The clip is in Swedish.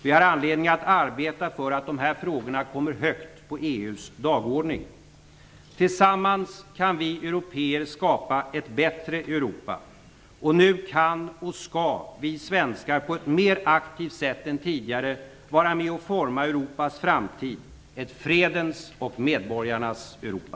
Vi har anledning att arbeta för att dessa frågor kommer högt på EU:s dagordning. Tillsammans kan vi européer skapa ett bättre Europa. Nu kan och skall vi svenskar på ett mer aktivt sätt än tidigare vara med och forma Europas framtid, ett fredens och medborgarnas Europa.